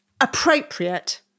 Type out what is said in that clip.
Appropriate